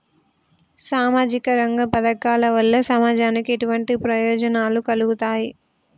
సామాజిక రంగ పథకాల వల్ల సమాజానికి ఎటువంటి ప్రయోజనాలు కలుగుతాయి?